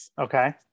okay